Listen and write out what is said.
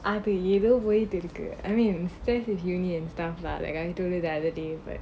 அது எதோ போயிக்கிட்டு இருக்கு:athu etho poikittu irukku I mean stays with university and stuff like that guy told me the other day but